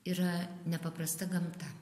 yra nepaprasta gamta